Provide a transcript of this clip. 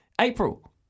April